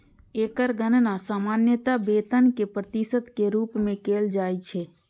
एकर गणना सामान्यतः वेतनक प्रतिशत के रूप मे कैल जाइ छै